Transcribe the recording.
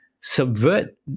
subvert